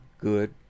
good